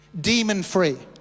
demon-free